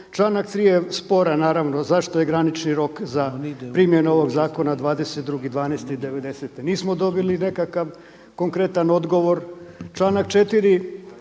Članak 3. je sporan naravno zašto je granični rok za primjenu ovoga zakona 22.12.90. Nismo dobili nekakav konkretan odgovor. Članak 4.